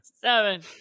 Seven